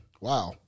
Wow